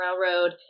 Railroad –